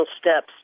steps